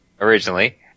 Originally